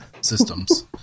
systems